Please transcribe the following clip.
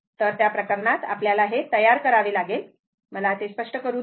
तर त्या प्रकरणात आपल्याला हे तयार करावे लागेल मला ते स्पष्ट करू द्या